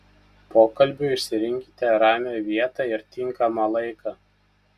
pokalbiui išsirinkite ramią vietą ir tinkamą laiką